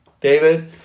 David